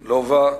לובה,